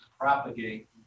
propagate